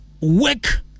work